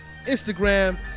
Instagram